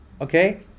Okay